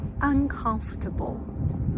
uncomfortable